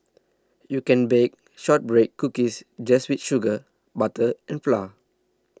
you can bake Shortbread Cookies just with sugar butter and flour